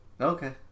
Okay